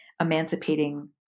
emancipating